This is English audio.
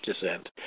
descent